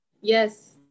yes